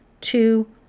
two